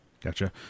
Gotcha